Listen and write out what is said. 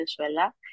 Venezuela